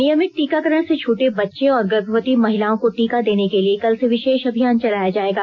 नियमित टीकाकरण से छूटे बच्चे और गर्भवती महिलाओं को टीका देने के लिए कल से विशेष अभियान चलाया जायेगा